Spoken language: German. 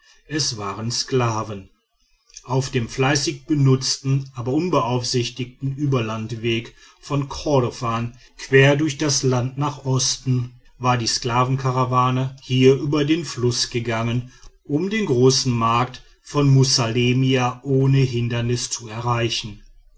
es waren sklaven auf dem fleißig benutzten aber unbeaufsichtigten überlandweg von kordofan quer durch das land nach osten war die sklavenkarawane hier über den fluß gegangen um den großen markt von mussalemia ohne hindernis zu erreichen